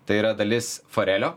tai yra dalis forelio